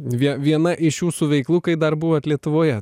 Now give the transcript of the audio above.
vie viena iš jūsų veiklų kai dar buvot lietuvoje